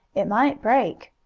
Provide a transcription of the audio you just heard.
it might break.